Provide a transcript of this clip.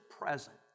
present